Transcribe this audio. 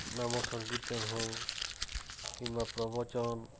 ନାମ ସଂକୀର୍ତ୍ତନ ହଉ କିମ୍ବା ପ୍ରବଚନ୍